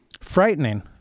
frightening